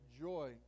joy